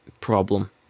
problem